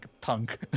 punk